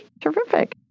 Terrific